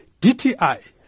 DTI